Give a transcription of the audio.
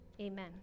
Amen